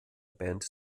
band